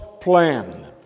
plan